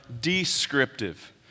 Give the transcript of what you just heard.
descriptive